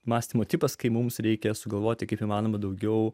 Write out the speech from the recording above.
mąstymo tipas kai mums reikia sugalvoti kaip įmanoma daugiau